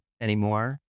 anymore